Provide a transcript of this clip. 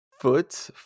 foot